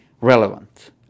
relevant